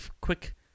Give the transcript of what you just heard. quick